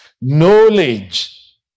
Knowledge